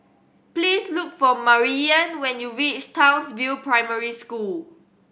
please look for Maryanne when you reach Townsville Primary School